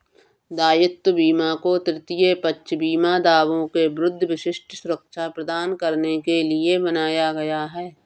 दायित्व बीमा को तृतीय पक्ष बीमा दावों के विरुद्ध विशिष्ट सुरक्षा प्रदान करने के लिए बनाया गया है